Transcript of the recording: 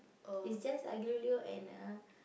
it's just aglio olio and uh